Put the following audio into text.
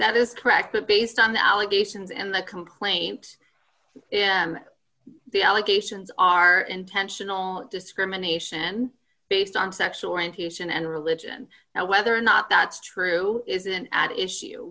that is correct but based on the allegations in the complaint the allegations are intentional discrimination based on sexual orientation and religion now whether or not that's true isn't at issue